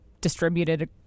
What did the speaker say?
distributed